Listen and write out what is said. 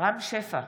רם שפע,